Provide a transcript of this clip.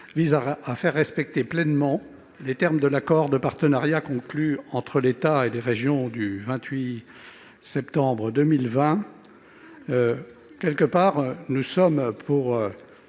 vise à faire respecter pleinement les termes de l'accord de partenariat conclu entre l'État et les régions le 28 septembre dernier. Nous sommes pour